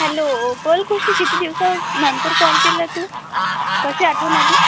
hello बोल खुशी किती दिवसानंतर कॉल केला तू कशी आठवण आली